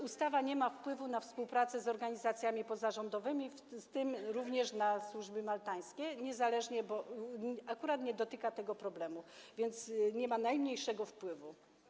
Ustawa nie ma wpływu na współpracę z organizacjami pozarządowymi, w tym również na służby maltańskie, bo akurat nie dotyka tego problemu, więc nie ma najmniejszego wpływu.